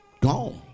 Gone